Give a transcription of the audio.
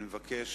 אני מבקש